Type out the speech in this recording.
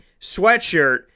sweatshirt